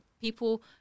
People